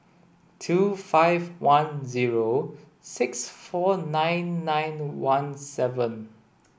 two five one zero six four nine nine one seven